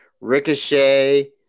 Ricochet